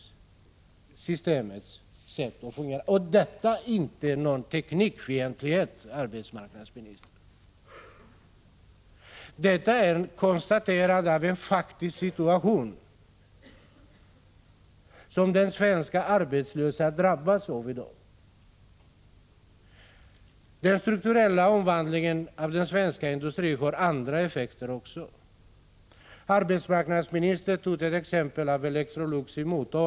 Jag vill säga till arbetsmarknadsministern att detta inte är någon teknikfientlighet. Detta är ett konstaterande av en faktisk situation som de svenska arbetslösa hamnar i i dag. Den strukturella omvandlingen i den svenska industrin får också andra effekter. Arbetsmarknadsministern tog som exempel Electrolux i Motala.